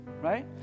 right